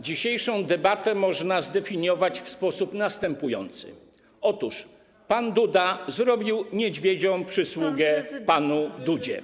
Dzisiejszą debatę można zdefiniować w sposób następujący: pan Duda zrobił niedźwiedzią przysługę panu Dudzie.